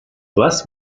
bless